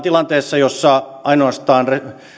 tilanteessa jossa ainoastaan